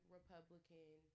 Republican